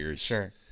sure